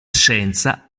scienza